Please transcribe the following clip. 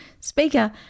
speaker